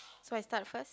so I start first